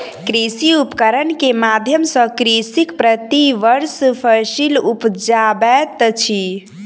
कृषि उपकरण के माध्यम सॅ कृषक प्रति वर्ष फसिल उपजाबैत अछि